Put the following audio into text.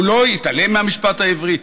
הוא לא התעלם מהמשפט העברי?